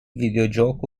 videogioco